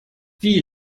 wie